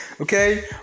Okay